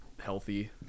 healthy